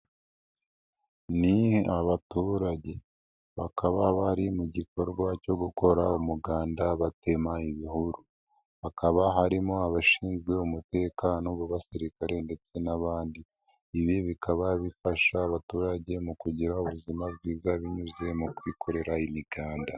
Ni abaturage bakaba bari mu gikorwa cyo gukora umuganda batema ibihuru hakaba harimo abashinzwe umutekano mu basirikare ndetse n'abandi ibi bikaba bifasha abaturage mu kugira ubuzima bwiza binyuze mu kwikorera imiganda.